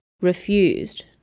refused